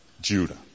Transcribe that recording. Judah